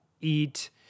eat